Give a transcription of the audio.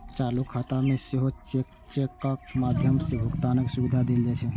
चालू खाता मे सेहो चेकक माध्यम सं भुगतानक सुविधा देल जाइ छै